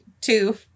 two